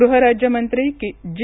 गृह राज्यमंत्री जी